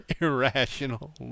irrational